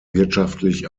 wirtschaftlich